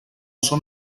són